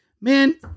man